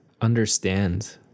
understand